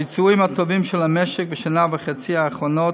הביצועים הטובים של המשק בשנה וחצי האחרונות